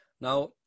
Now